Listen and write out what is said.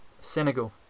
Senegal